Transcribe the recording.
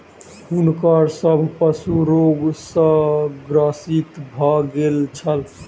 हुनकर सभ पशु रोग सॅ ग्रसित भ गेल छल